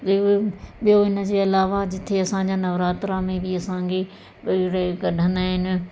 ॿिए ॿियो इन जे अलावा जिते असांजा नवरात्रा में बि असांखे कढंदा आहिनि